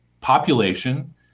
population